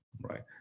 Right